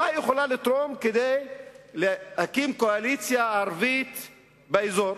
מה היא יכולה לתרום כדי להקים קואליציה ערבית באזור?